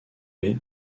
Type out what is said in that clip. les